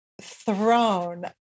thrown